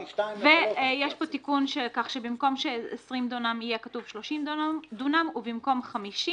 ויש פה תיקון כך שבמקום 20 דונם יהיה כתוב 30 דונם ובמקום 40